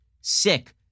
sick